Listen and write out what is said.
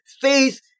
Faith